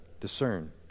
discern